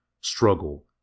struggle